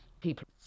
People